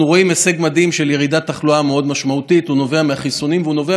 תזכורת חשובה שלמרות ההישג הגדול בתוכנית החיסונים ולמרות